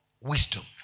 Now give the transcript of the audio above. wisdom